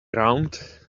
round